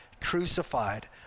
crucified